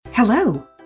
Hello